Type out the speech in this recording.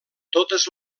totes